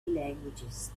languages